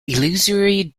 illusory